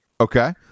Okay